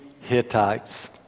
Hittites